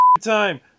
time